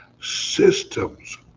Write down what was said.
systems